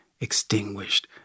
extinguished